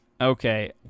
Okay